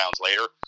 later